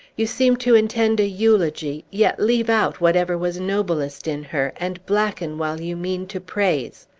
you seem to intend a eulogy, yet leave out whatever was noblest in her, and blacken while you mean to praise.